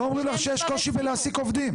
לא אומרים לך שיש קושי בלהעסיק עובדים.